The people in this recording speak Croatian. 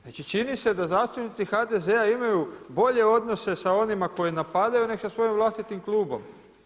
Znači, čini se da zastupnici HDZ-a imaju bolje odnose sa onima koji napadaju nego sa svojim vlastitim klubom.